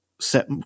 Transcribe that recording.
set